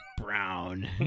brown